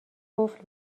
قفل